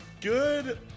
good